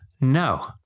no